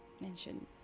Mention